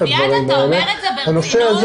אביעד, אתה אומר את זה ברצינות?